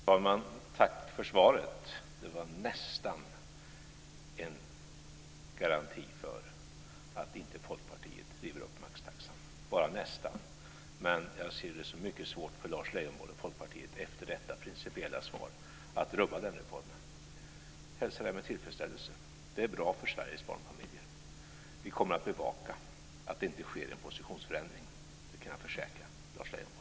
Fru talman! Tack för svaret. Det var nästan en garanti för att Folkpartiet inte river upp maxtaxan, men bara nästan. Efter detta principiella svar ser jag det som mycket svårt för Lars Leijonborg och Folkpartiet att rubba den reformen. Jag hälsar det med tillfredsställelse. Det är bra för Sveriges barnfamiljer. Vi kommer att bevaka att det inte sker en positionsförändring, det kan jag försäkra Lars Leijonborg.